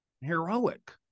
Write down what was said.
heroic